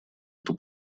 эту